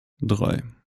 drei